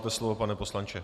Máte slovo, pane poslanče.